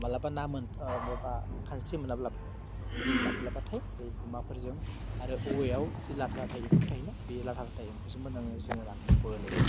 मालाबा ना माबा खानस्रि मोनाब्ला जों माब्लाबाथाय बै गुमाफोरजों आरो औवायाव जि लाथा लाथा एम्फौ थायो बे लाथा लाथा एम्फौजों जोङो नाखौ बोनो